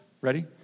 Ready